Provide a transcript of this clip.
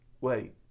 wait